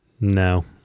no